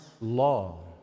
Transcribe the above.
law